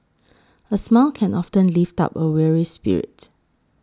a smile can often lift up a weary spirit